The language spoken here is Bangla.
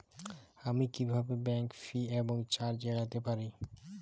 আমি কিভাবে ব্যাঙ্ক ফি এবং চার্জ এড়াতে পারি?